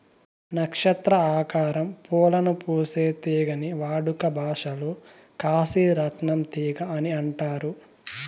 నక్షత్ర ఆకారం పూలను పూసే తీగని వాడుక భాషలో కాశీ రత్నం తీగ అని అంటారు